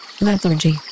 Lethargy